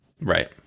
Right